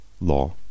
law